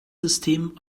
system